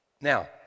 now